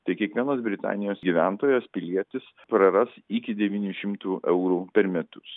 tai kiekvienas britanijos gyventojas pilietis praras iki devynių šimtų eurų per metus